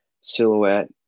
silhouette